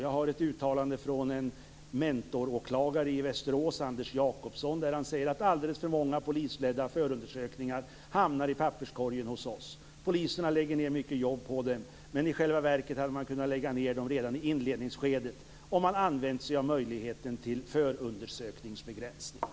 Jag har ett uttalande från en mentoråklagare i Västerås, Anders Jakobsson, som säger att alldeles för många polisledda förundersökningar hamnar i papperskorgen hos dem. Poliserna lägger ned mycket jobb på dem, men i själva verket hade man kunnat lägga ned dem redan i inledningsskedet om man använt sig av möjligheten till förundersökningsbegränsning.